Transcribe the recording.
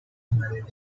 management